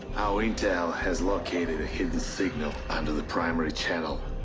our intel has located a hidden signal under the primary channel.